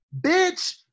Bitch